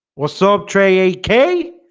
what's so up tre? eight k?